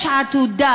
יש עתודה,